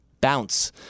bounce